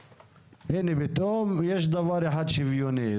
הנה, פתאום יש דבר אחד שוויוני.